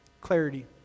Clarity